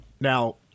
Now